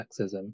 sexism